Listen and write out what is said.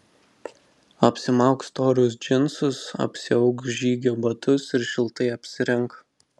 apsimauk storus džinsus apsiauk žygio batus ir šiltai apsirenk